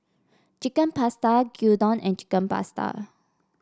Chicken Pasta Gyudon and Chicken Pasta